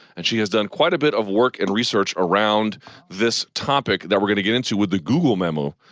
and she has done quite a bit of work and research around this topic that we're going to get into with the google memo.